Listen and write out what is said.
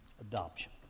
adoption